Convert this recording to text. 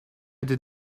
did